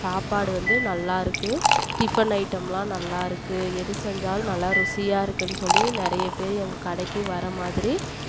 சாப்பாடு வந்து நல்லாயிருக்கு டிஃபன் ஐட்டம்லாம் நல்லாயிருக்கு எது செஞ்சாலும் நல்லா ருசியாக இருக்குதுனு சொல்லி நிறைய பேர் எங்கள் கடைக்கு வர மாதிரி